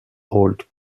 old